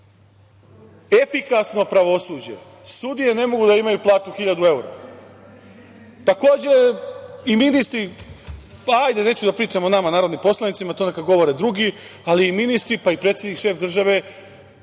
efikasno pravosuđe, sudije ne mogu da imaju platu 1.000 evra. Takođe, i ministri, hajde neću da pričam o nama narodnim poslanicima, to neka govore drugi, ali i ministri, predsednik, šef države